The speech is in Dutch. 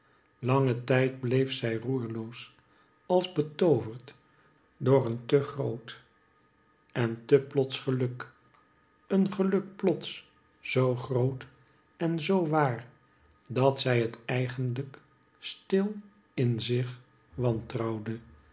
langen tijd bleef zij roerloos als betooverd door een te groot en te plots geluk een geluk plots zoo groot en zoo waar dat zij het eigenlijk stil in zich wantrouwde